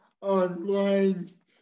online